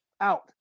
out